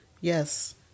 yes